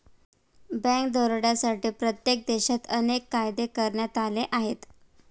bank दरोड्यांसाठी प्रत्येक देशात अनेक कायदे करण्यात आले आहेत